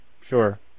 Sure